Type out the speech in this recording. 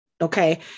Okay